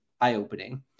eye-opening